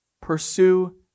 Pursue